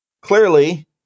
clearly